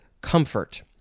comfort